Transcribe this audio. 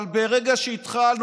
אבל ברגע שהתחלנו,